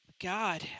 God